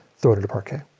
throw it into parquet.